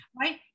Right